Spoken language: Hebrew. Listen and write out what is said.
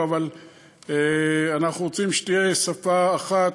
אבל אנחנו רוצים שתהיה שפה אחת,